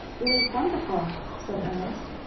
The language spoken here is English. it is wonderful, said ernest.